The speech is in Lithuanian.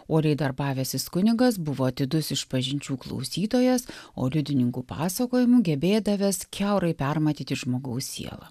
oriai darbavęsis kunigas buvo atidus išpažinčių klausytojas o liudininkų pasakojimų gebėdavęs kiaurai permatyti žmogaus sielą